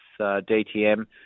DTM